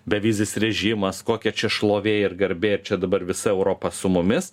bevizis režimas kokia čia šlovė ir garbė čia dabar visa europa su mumis